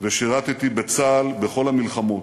ושירתּי בצה"ל בכל המלחמות,